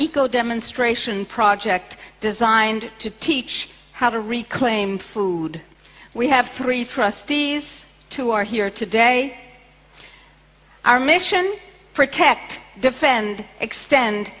eco demonstration project designed to teach how to reclaim food we have three trustees two are here today our mission protect defend extend